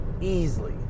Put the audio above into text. easily